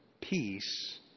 peace